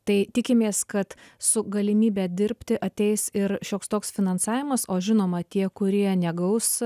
tai tikimės kad su galimybe dirbti ateis ir šioks toks finansavimas o žinoma tie kurie negaus